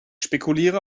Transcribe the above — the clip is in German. spekuliere